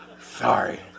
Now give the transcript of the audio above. Sorry